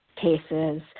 cases